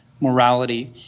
morality